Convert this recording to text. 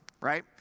right